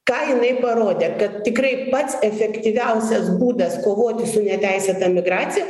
ką jinai parodė kad tikrai pats efektyviausias būdas kovoti su neteisėta migracija